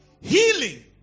healing